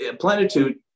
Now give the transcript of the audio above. plenitude